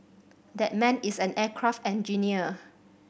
that man is an aircraft engineer